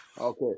Okay